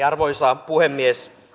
arvoisa puhemies